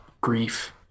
grief